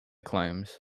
claims